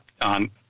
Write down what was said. on